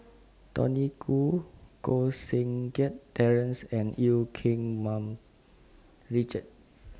Tony Khoo Koh Seng Kiat Terence and EU Keng Mun Richard